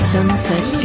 Sunset